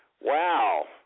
Wow